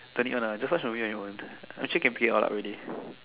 don't need want lah just the watch movie on your own actually can pee out lah really